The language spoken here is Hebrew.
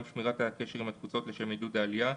שמירת הקשר עם התפוצות לשם עידוד העלייה,